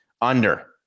under-